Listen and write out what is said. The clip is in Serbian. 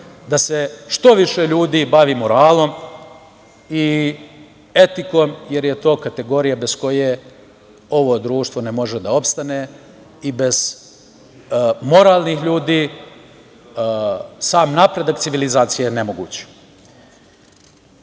da se što više ljudi bavi moralom i etikom, jer je to kategorija bez koje ovo društvo ne može da opstane. Bez moralnih ljudi sam napredak civilizacije je nemoguć. Uvođenje